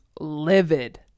livid